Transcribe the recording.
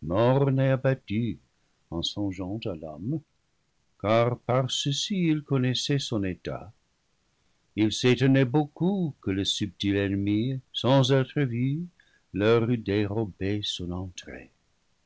en songeant à l'homme car par ceci ils connaissaient son état ils s'étonnaient beaucoup que le subtil ennemi sans être vu leur eût dérobé son entrée